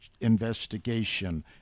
Investigation